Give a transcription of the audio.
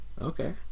Okay